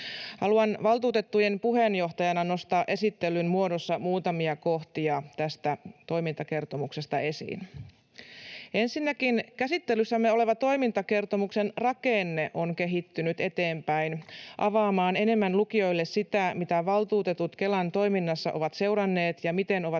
Haluan valtuutettujen puheenjohtajana nostaa esittelyn muodossa muutamia kohtia tästä toimintakertomuksesta esiin. Ensinnäkin käsittelyssämme olevan toimintakertomuksen rakenne on kehittynyt eteenpäin avaamaan lukijoille enemmän sitä, mitä valtuutetut Kelan toiminnassa ovat seuranneet ja miten ovat